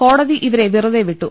കോടതി ഇവരെ വെറുതെ വിട്ടു